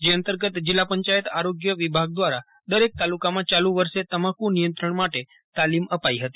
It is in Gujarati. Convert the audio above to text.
જે અંતર્ગત જિલ્લા પંચાયત આરોગ્ય વિભાગ દ્વારા દરેક તાલુકામાં ચાલુ વર્ષે તમાકુ નિયંત્રણ માટે તાલીમ અપાઇ હતી